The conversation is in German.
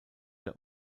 der